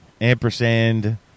ampersand